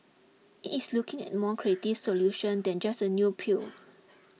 it's looking at a more creative solution than just a new pill